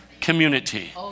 community